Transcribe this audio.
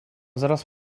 zaraz